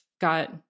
got